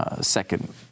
second